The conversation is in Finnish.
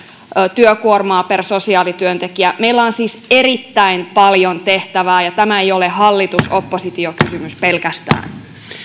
työkuormaa per sosiaalityöntekijä meillä on siis erittäin paljon tehtävää ja tämä ei ole hallitus oppositio kysymys pelkästään